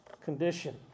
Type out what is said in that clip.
condition